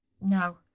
No